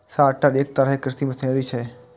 sorter एक तरहक कृषि मशीनरी छियै